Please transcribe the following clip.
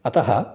अतः